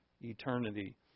eternity